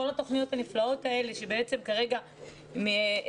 כל התוכניות הנפלאות האלה שבעצם כרגע מתעכבות.